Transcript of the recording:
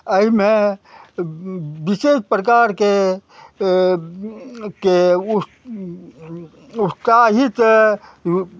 अइमे विशेष प्रकारके उत्साहित